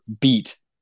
beat